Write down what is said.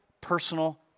personal